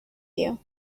you